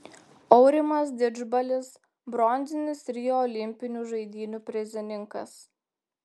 aurimas didžbalis bronzinis rio olimpinių žaidynių prizininkas